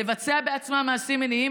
לבצע בעצמם מעשים מיניים,